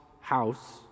house